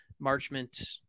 Marchment